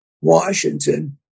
Washington